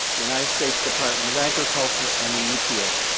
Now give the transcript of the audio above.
the united states department of agriculture and the epa.